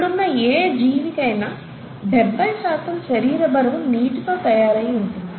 ఇప్పుడున్న ఏ జీవికైనా డెబ్భై శాతం శరీర బరువు నీటితో తయారయ్యి ఉంటుంది